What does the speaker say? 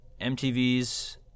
MTV's